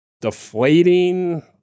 deflating